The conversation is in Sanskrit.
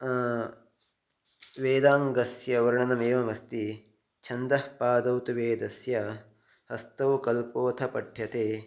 वेदाङ्गस्य वर्णनमेवमस्ति छन्दः पादौ तु वेदस्य हस्तौ कल्पोथ पठ्यते